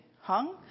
hung